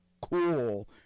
cool